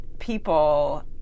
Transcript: people